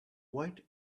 white